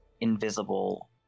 invisible